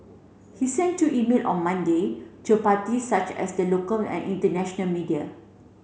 he sent two email on Monday to parties such as the local and international media